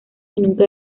nunca